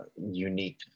unique